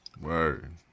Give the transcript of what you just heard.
Word